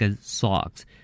socks